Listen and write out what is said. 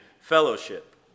fellowship